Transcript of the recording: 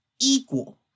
equal